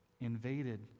invaded